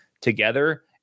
together